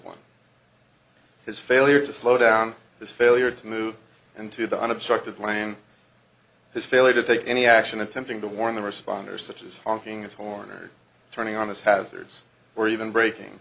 one his failure to slow down his failure to move into the unobstructed lane his failure to take any action attempting to warn the responder such as honking his horn or turning on his hazards or even breaking